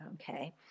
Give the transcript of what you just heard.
Okay